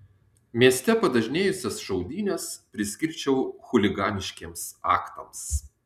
mieste padažnėjusias šaudynes priskirčiau chuliganiškiems aktams